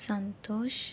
Santosh